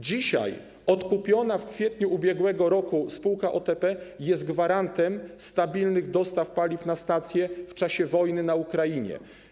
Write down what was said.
Dzisiaj odkupiona w kwietniu ub.r. spółka OTP jest gwarantem stabilnych dostaw paliw na stacje w czasie wojny na Ukrainie.